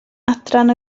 adran